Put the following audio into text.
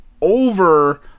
over